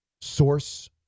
source